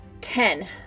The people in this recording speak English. Ten